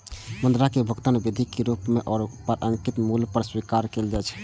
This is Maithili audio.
मुद्रा कें भुगतान विधिक रूप मे ओइ पर अंकित मूल्य पर स्वीकार कैल जाइ छै